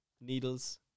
needles